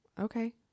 okay